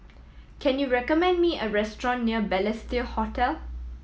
can you recommend me a restaurant near Balestier Hotel